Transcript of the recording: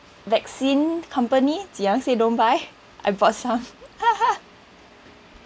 vaccine company Tze Yang say don't buy I bought some